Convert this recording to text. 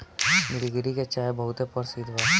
निलगिरी के चाय बहुते परसिद्ध बा